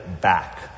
back